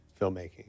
filmmaking